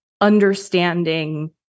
understanding